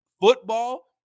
Football